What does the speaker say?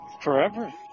forever